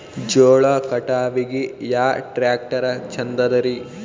ಜೋಳ ಕಟಾವಿಗಿ ಯಾ ಟ್ಯ್ರಾಕ್ಟರ ಛಂದದರಿ?